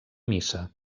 missa